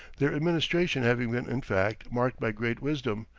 their administration having been in fact, marked by great wisdom,